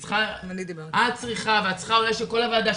היא צריכה אולי את צריכה ואולי את כל הוועדה,